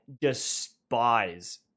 despise